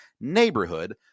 neighborhood